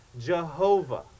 Jehovah